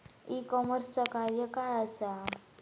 E कॉमर्सचा कार्य काय असा?